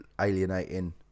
alienating